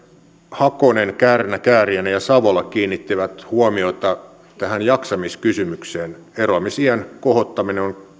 hakanen kärnä kääriäinen ja savola kiinnittivät huomiota tähän jaksamiskysymykseen eroamisiän kohottaminen on